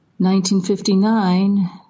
1959